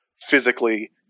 physically